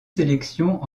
sélections